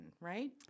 right